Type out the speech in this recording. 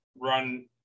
run